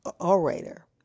orator